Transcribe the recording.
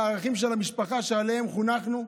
לערכים של המשפחה שעליהם חונכנו.